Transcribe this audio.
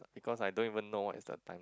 because I don't even know what is the time